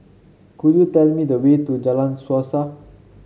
could you tell me the way to Jalan Suasa